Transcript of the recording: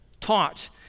taught